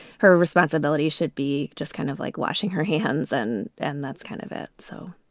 her responsibility should be just kind of like washing her hands and. and that's kind of it. so